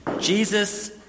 Jesus